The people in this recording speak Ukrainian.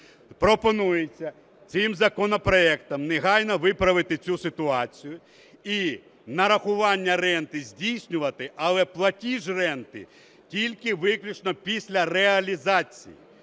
Пропонується цим законопроектом негайно виправити цю ситуацію і нарахування ренти здійснювати, але платіж ренти тільки виключно після реалізації.